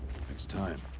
it's time.